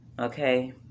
Okay